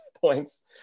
points